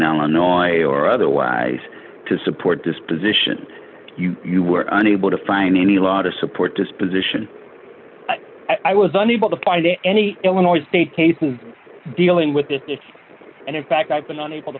illinois or otherwise to support this position you were unable to find any law to support this position i was unable to find any illinois state dealing with it and in fact i've been unable to